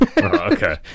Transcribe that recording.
okay